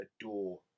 adore